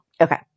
Okay